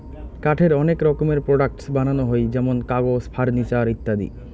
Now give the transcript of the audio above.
কাঠের অনেক রকমের প্রোডাক্টস বানানো হই যেমন কাগজ, ফার্নিচার ইত্যাদি